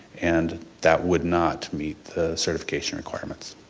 and that would not meet the certification requirements.